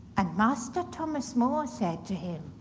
and master thomas more said to him,